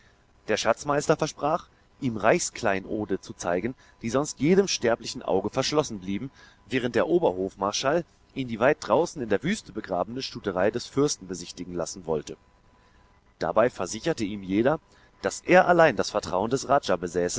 der schatzmeister versprach ihm reichskleinode zu zeigen die sonst jedem sterblichen auge verschlossen blieben während der oberhofmarschall ihn die weit draußen in der wüste begrabene stuterei des fürsten besichtigen lassen wollte dabei versicherte ihm jeder daß er allein das vertrauen des raja